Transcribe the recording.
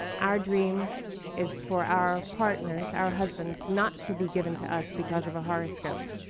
our dream is for our partners, our husbands, not to be given to us because of a horoscope,